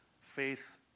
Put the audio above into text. Faith